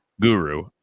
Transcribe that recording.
guru